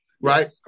right